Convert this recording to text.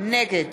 נגד